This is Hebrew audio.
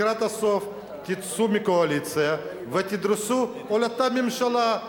לקראת הסוף תצאו מהקואליציה ותדרסו את אותה ממשלה.